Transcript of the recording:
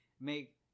make